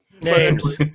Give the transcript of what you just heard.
Names